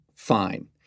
Fine